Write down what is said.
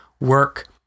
work